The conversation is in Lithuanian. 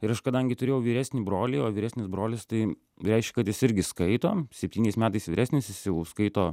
ir aš kadangi turėjau vyresnį brolį o vyresnis brolis tai reiškia kad jis irgi skaito septyniais metais vyresnis jis jau skaito